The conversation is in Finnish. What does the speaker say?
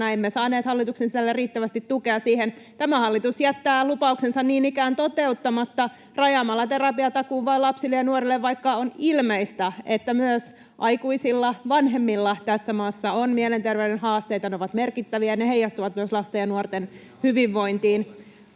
Emme saaneet hallituksen sisällä riittävästi tukea siihen. Tämä hallitus jättää lupauksensa niin ikään toteuttamatta rajaamalla terapiatakuun vain lapsille ja nuorille, vaikka on ilmeistä, että myös aikuisilla, vanhemmilla, tässä maassa on mielenterveyden haasteita. Ne ovat merkittäviä, ne heijastuvat myös lasten ja nuorten hyvinvointiin.